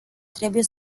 trebuie